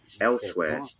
elsewhere